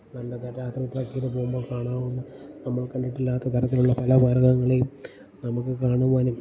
നമ്മള് രാത്രി ട്രക്കിങ്ങിന് പോകുമ്പോൾ കാണാവുന്ന നമ്മൾ കണ്ടിട്ടില്ലാത്ത തരത്തിലുള്ള പല മൃഗങ്ങളെയും നമുക്ക് കാണുവാനും